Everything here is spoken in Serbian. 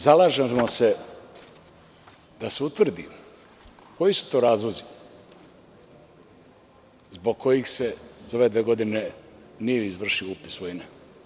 Zalažemo se da se utvrdi koji su to razlozi zbog kojih se za ove dve godine nije izvršio upis svojine.